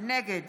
נגד